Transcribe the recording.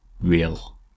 real